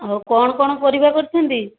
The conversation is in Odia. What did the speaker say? ଆଉ କ'ଣ କ'ଣ ପରିବା କରିଛନ୍ତି